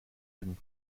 been